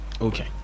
Okay